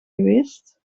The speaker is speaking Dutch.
geweest